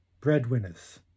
breadwinners